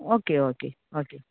okay okay okay